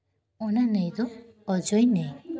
ᱚᱱᱟ ᱱᱟᱹᱭ ᱫᱚ ᱚᱡᱚᱭ ᱱᱟᱹᱭ